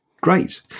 Great